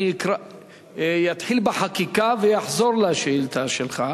יתחיל בחקיקה ויחזור לשאילתא שלך,